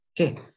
Okay